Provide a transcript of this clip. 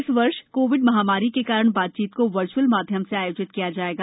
इस वर्ष कोविड महामारी के कारण बातचीत को वर्चअल माध्यम से आयोजित किया जाएगा